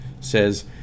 says